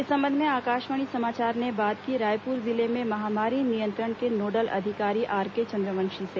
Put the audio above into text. इस संबंध में आकाशवाणी समाचार ने बात की रायपुर जिले में महामारी नियंत्रण के नोडल अधिकारी आरके चंद्रवंशी से